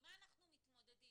עם מה אנחנו מתמודדים.